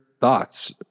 thoughts